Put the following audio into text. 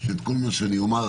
את כל מה שאומר,